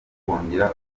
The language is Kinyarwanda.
kongera